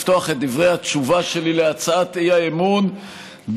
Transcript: לפתוח את דברי התשובה שלי על הצעת האי-אמון בברכות.